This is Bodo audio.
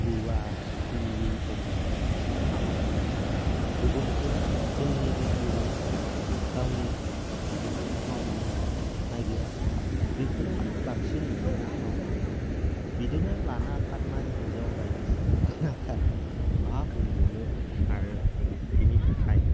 गवा दिल्ली मुम्बाइआव फैसा खामायनो थाङो गुबुनखौ जोंनि बे गुबुन गावनि हादोराव मावनो नागिरा बेफोरावनो बांसिन मोनोना मावनो थाङो बिदिनो लाना खारनाय हिनजाव बायदिसिना लाना खारो मा बुंबावनो आरो बेनि थाखाय